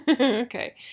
Okay